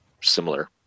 Similar